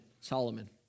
Solomon